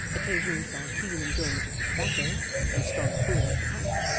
occasioned by keen enjoyment of the tobacco and strong pulling at the pipe,